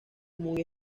muy